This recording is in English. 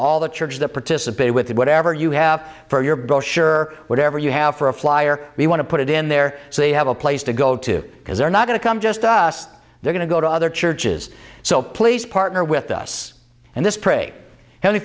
all the churches that participated with whatever you have for your brochure or whatever you have for a flyer we want to put it in there so they have a place to go to because they're not going to come just us they're going to go to other churches so please partner with us and this pray